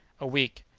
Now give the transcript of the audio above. a week!